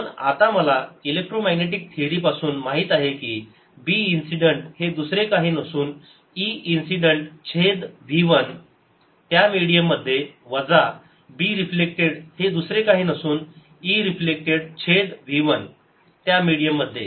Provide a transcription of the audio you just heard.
पण आता मला इलेक्ट्रोमॅग्नेटिक थेरी पासून माहित आहे की b इन्सिडेंट हे दुसरे काही नसून e इन्सिडेंट छेद v 1 त्या मिडीयम मध्ये वजा b रिफ्लेक्टेड हे दुसरे काही नसून e रिफ्लेक्टेड छेद v1 त्या मिडीयम मध्ये